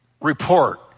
report